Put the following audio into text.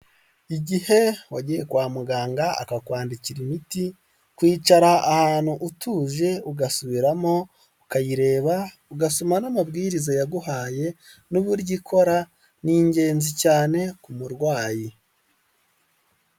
Igihe wagiye kwa muganga akakwandikira imiti kwicara ahantu utuje ugasubiramo ukayireba ugasoma n'amabwiriza yaguhaye n'uburyo ikora ni ingenzi cyane ku murwayi.